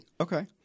Okay